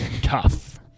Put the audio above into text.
tough